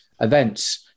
events